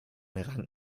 rang